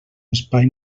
espai